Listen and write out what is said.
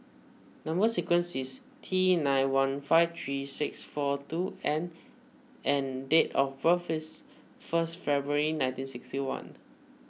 Number Sequence is T nine one five three six four two N and date of birth is first February nineteen sixty one